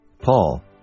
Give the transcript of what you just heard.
Paul